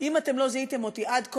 אם לא זיהיתם אותי עד כה,